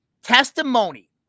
Testimony